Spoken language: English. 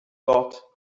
got